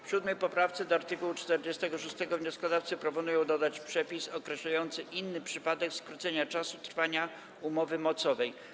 W 7. poprawce do art. 46 wnioskodawcy proponują dodać przepis określający inny przypadek skrócenia czasu trwania umowy mocowej.